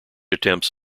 attempts